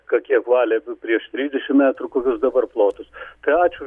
ka kiek valė prieš trisdešim metrų kokius dabar plotus tai ačiū